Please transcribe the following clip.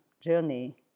journey